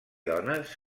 dones